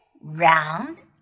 round